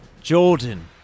Jordan